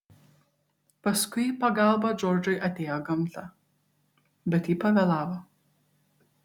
paskui į pagalbą džordžui atėjo gamta bet ji pavėlavo